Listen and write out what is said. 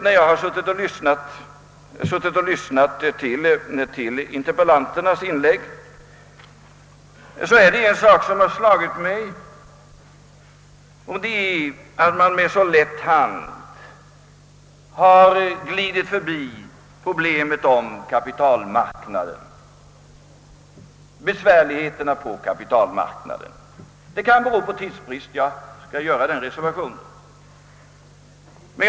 När jag suttit och lyssnat till interpellanternas inlägg har det slagit mig att man med så lätt hand har glidit förbi problemet om besvärligheterna på kapitalmarknaden. Jag kan göra den reservationen att det möjligen beror på tidsbrist.